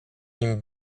nim